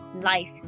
life